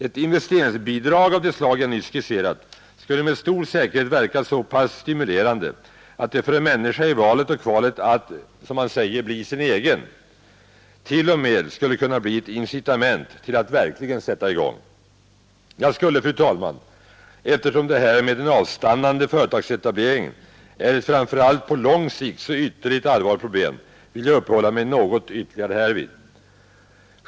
Ett investeringsbidrag av det slag jag nyss skisserat skulle med stor säkerhet verka så pass stimulerande att det för en människa i valet och kvalet att ”bli sin egen” t.o.m. skulle kunna bli ett incitament till att verkligen sätta i gång. Jag skulle, fru talman, eftersom den avstannande företagsetableringen är ett framför allt på lång sikt så ytterst allvarligt problem, vilja uppehålla mig något ytterligare härvid.